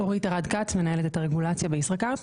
מנהלת את הרגולציה בישראכרט.